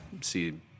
see